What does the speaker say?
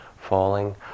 falling